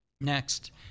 Next